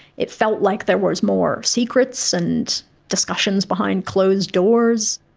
it felt like there were more secrets and discussions behind closed doors.